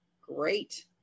great